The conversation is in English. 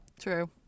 True